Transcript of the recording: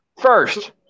First